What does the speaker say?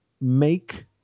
make